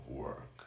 work